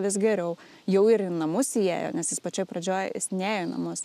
vis geriau jau ir į namus įėjo nes jis pačioj pradžioj jis nėjo į namus